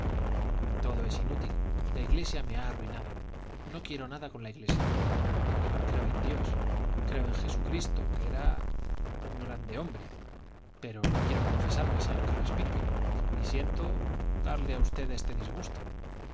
todo es inútil la iglesia me ha arruinado no quiero nada con la iglesia creo en dios creo en jesucristo que era un grande hombre pero no quiero confesarme señor carraspique y siento darle a usted este disgusto